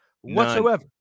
whatsoever